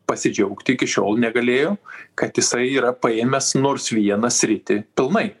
pasidžiaugti iki šiol negalėjo kad jisai yra paėmęs nors vieną sritį pilnai